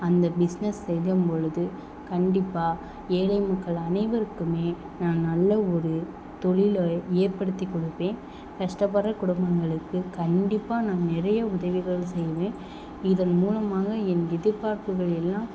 அந்த பிஸ்னஸ் செய்யும்பொழுது கண்டிப்பாக ஏழை மக்கள் அனைவருக்கும் நான் நல்ல ஒரு தொழிலை ஏற்படுத்தி கொடுப்பேன் கஷ்டப்படுகிற குடும்பங்களுக்கு கண்டிப்பாக நான் நிறைய உதவிகள் செய்வேன் இதன் மூலமாக என் எதிர்பார்ப்புகள் எல்லாம்